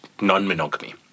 non-monogamy